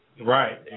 Right